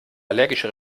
allergische